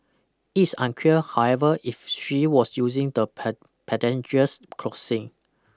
it is unclear however if she was using the pedestrian crossing